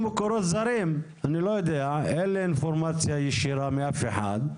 אני לא יודע, אין לי אינפורמציה ישירה מאף אחד,